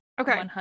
okay